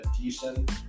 decent